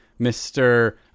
Mr